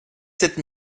sept